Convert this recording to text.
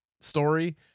story